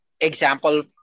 example